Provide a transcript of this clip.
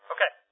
Okay